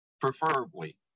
preferably